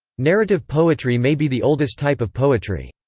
narrative poetry may be the oldest type of poetry.